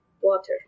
water